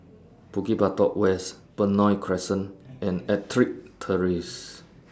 Bukit Batok West Benoi Crescent and Ettrick Terrace